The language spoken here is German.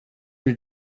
will